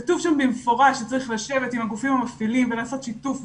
כתוב שם במפורש שצריך לשבת עם הגופים המפעילים ולעשות שיתוף ושקיפות,